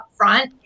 upfront